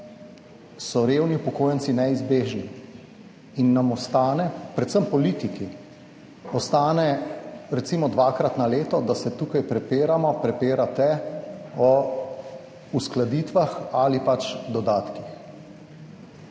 so revni upokojenci neizbežni in nam ostane, predvsem politiki ostane recimo dvakrat na leto, da se tukaj prepiramo, prepirate, o uskladitvah ali pač dodatkih.